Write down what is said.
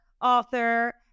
author